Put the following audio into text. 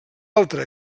altre